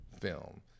film